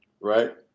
right